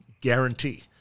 guarantee